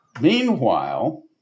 Meanwhile